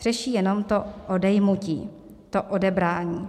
Řeší jenom to odejmutí, odebrání.